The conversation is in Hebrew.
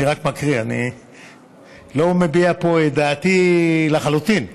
אני רק מקריא, אני לא מביע פה את דעתי, לחלוטין.